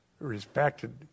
respected